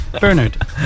Bernard